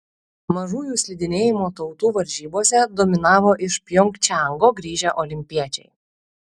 mažųjų slidinėjimo tautų varžybose dominavo iš pjongčango grįžę olimpiečiai